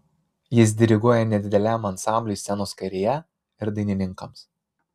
jis diriguoja nedideliam ansambliui scenos kairėje ir dainininkams